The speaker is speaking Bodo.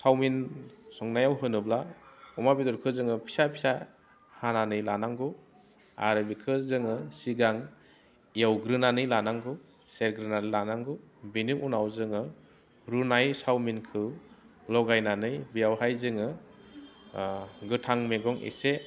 चावमिन संनायाव होनोब्ला अमा बेदरखौ जोङो फिसा फिसा हानानै लानांगौ आरो बिखौ जोङो सिगां एवग्रोनानै लानांगौ सेरग्रोनानै लानांगौ बिनि उनाव जोङो रुनाय चावमिनखौ लगायनानै बेयावहाय जोङो गोथां मैगं एसे